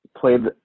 played